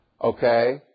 Okay